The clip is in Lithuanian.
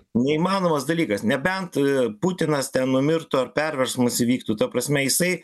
neįmanomas dalykas nebent putinas ten numirtų ar perversmas įvyktų ta prasme jisai